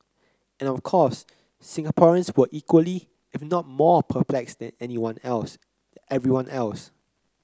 and of course Singaporeans were equally if not more perplexed than everyone else